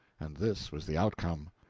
and this was the outcome!